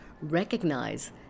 recognize